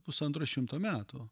pusantro šimto metų